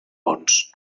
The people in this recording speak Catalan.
bons